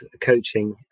coaching